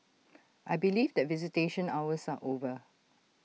I believe that visitation hours are over